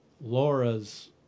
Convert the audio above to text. Laura's